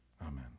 Amen